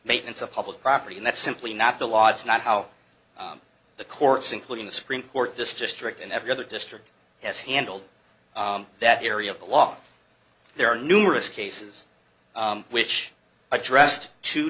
maintenance of public property and that's simply not the law it's not how the courts including the supreme court this district in every other district has handled that area of the law there are numerous cases which are addressed to